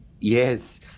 Yes